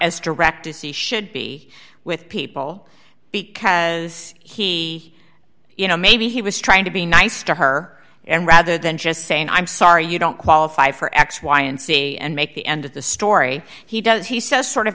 as direct as he should be with people because he you know maybe he was trying to be nice to her and rather than just saying i'm sorry you don't qualify for x y and z and make the end of the story he does he says sort of